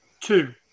Two